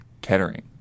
Kettering